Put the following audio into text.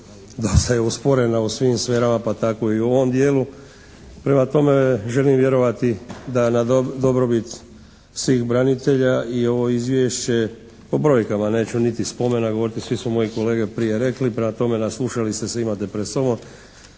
dosta je usporena u svim sferama pa tako i u ovom dijelu. Prema tome želim vjerovati da na dobrobit svih branitelja i ovo izvješće, o brojkama neću niti spomena govoriti, svi su moji kolege prije rekli. Prema tome naslušali ste se, imate pred sobom.